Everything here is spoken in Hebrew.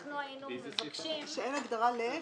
אנחנו היינו מבקשים --- שאין הגדרה למה?